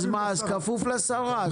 אז הרשות כפופה לשרה.